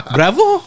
Bravo